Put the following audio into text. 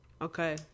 Okay